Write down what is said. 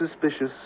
suspicious